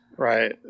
Right